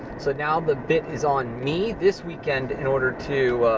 so now, the bit is on me this weekend in order to,